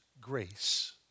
grace